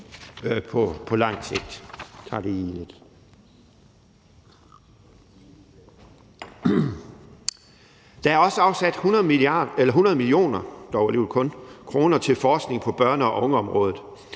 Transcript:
Der er også afsat 100 mio. kr. til forskning på børne- og ungeområdet.